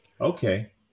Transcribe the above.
Okay